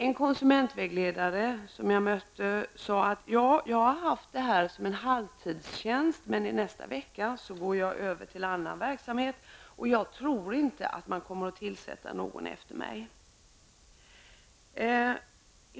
En konsumentvägledare som jag mötte sade: ''Jag har haft det här som en halvtidstjänst, men i nästa vecka går jag över till annan verksamhet. Jag tror inte att man kommer att tillsätta någon efter mig.''